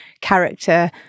character